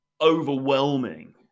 overwhelming